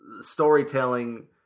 storytelling